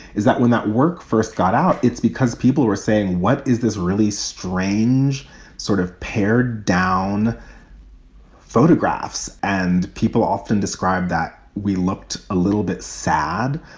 is that when that work first got out, it's because people were saying, what is this really strange sort of pared down photographs? and people often describe that we looked a little bit sad,